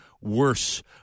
worse